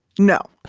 no.